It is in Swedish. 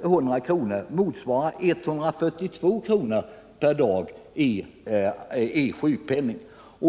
200 kr. motsvarar då 142 kr. per dag i sjukpenning.